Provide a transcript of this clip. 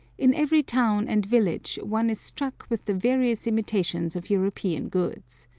in every town and village one is struck with the various imitations of european goods.